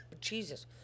Jesus